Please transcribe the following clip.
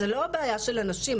זה לא בעיה של אנשים,